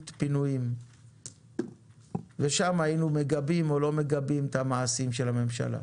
פינויים ושם היינו מגבים או לא מגבים את המעשים של הממשלה,